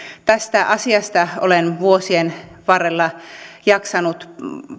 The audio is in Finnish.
tästä asiasta olen vuosien varrella jaksanut